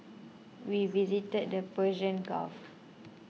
we visited the Persian Gulf